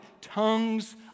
Tongues